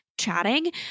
chatting